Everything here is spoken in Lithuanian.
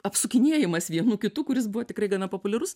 apsukinėjamas vienu kitu kuris buvo tikrai gana populiarus